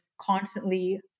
constantly